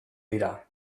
dira